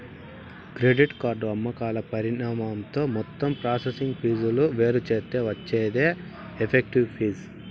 credit card అమ్మకాల పరిమాణంతో మొత్తం ప్రాసెసింగ్ ఫీజులు వేరుచేత్తే వచ్చేదే ఎఫెక్టివ్ ఫీజు